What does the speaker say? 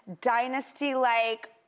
dynasty-like